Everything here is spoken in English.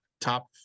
top